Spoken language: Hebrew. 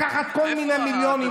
כדי לקחת כל מיני מיליונים.